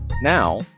now